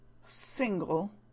single